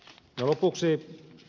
lopuksi